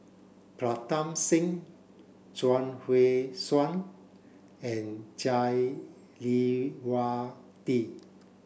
Pritam Singh Chuang Hui Tsuan and Jah Lelawati